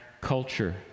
culture